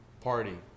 party